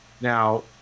now